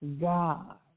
God